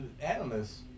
analysts